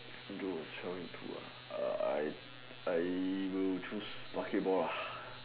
bro tell you the truth I I will choose basketball